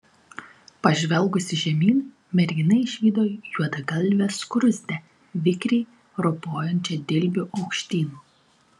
pažvelgusi žemyn mergina išvydo juodagalvę skruzdę vikriai ropojančią dilbiu aukštyn